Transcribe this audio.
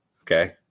Okay